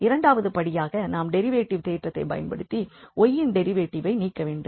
இரண்டாவது படியாக நாம் டெரிவேட்டிவ் தேற்றத்தை பயன்படுத்தி y இன் டெரிவேட்டிவை நீக்க வேண்டும்